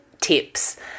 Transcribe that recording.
tips